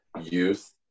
youth